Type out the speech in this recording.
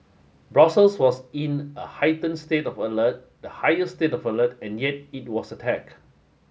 Brussels was in a heighten state of alert the highest state of alert and yet it was attack